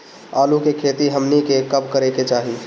आलू की खेती हमनी के कब करें के चाही?